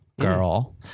girl